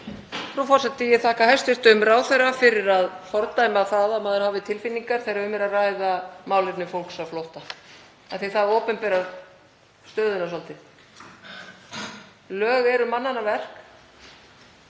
Frú forseti. Ég þakka hæstv. ráðherra fyrir að fordæma það að maður hafi tilfinningar þegar um er að ræða málefni fólks á flótta af því að það opinberar stöðuna svolítið. Lög eru mannanna verk